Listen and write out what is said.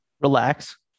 Relax